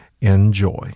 Enjoy